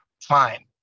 Fine